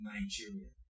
Nigeria